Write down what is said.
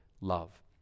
love